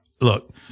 Look